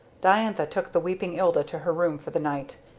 diantha took the weeping ilda to her room for the night.